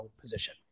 position